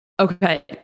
Okay